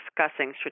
discussing